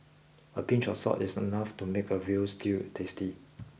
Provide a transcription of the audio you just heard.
a pinch of salt is enough to make a Veal Stew tasty